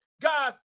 guys